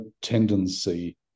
tendency